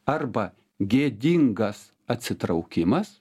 arba gėdingas atsitraukimas